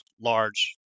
large